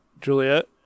Juliet